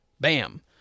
Bam